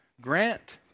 grant